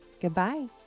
goodbye